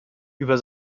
über